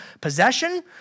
possession